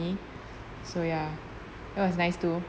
me so ya it was nice too